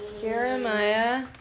Jeremiah